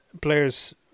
players